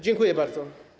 Dziękuję bardzo.